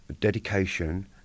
dedication